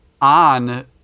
on